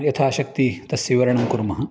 यथाशक्ति तस्य विवरणं कुर्मः